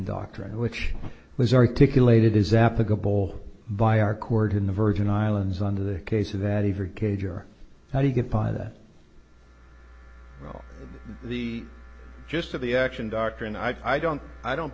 doctrine which was articulated is applicable by our court in the virgin islands on the case that even cager how do you get by that well the gist of the action doctor and i don't i don't